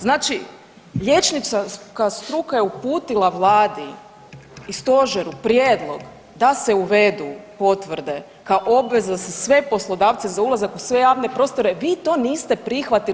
Znači liječnička struka je uputila vladi i stožeru prijedlog da se uvedu potvrde kao obveza za sve poslodavce za ulazak u sve javne prostore, vi to niste prihvatili.